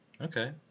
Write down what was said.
Okay